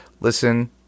listen